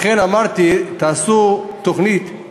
לכן אמרתי: תעשו תוכנית;